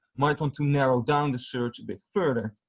might want to narrow down the search a bit further.